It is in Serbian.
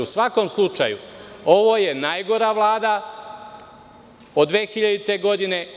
U svakom slučaju, ovo je najgora Vlada od 2000. godine.